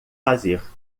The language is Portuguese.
fazer